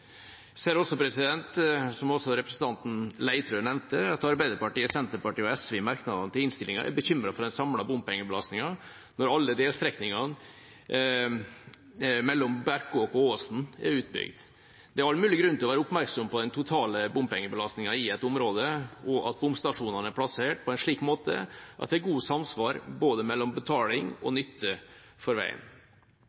ser også, som representanten Leirtrø nevnte, at Arbeiderpartiet, Senterpartiet og SV i merknadene til innstillingen er bekymret for den samlede bompengebelastningen når alle delstrekningene mellom Berkåk og Åsen er utbygd. Det er all mulig grunn til å være oppmerksom på den totale bompengebelastningen i et område, og at bomstasjonene er plassert på en slik måte at det er godt samsvar mellom både betaling og